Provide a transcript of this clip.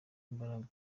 imbaraga